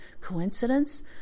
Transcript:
coincidence